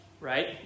Right